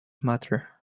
matter